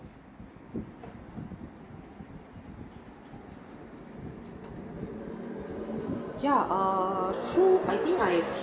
ya err so I think I